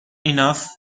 enough